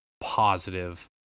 positive